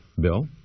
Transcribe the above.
Bill